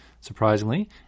surprisingly